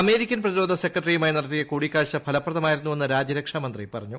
American പ്രതിരോധ സെക്രട്ടറിയുമായി നടത്തിയ കൂടിക്കാഴ്ച ഫലപ്രദമായിരുന്നെന്ന് രാജ്യരക്ഷാമന്ത്രി പറഞ്ഞു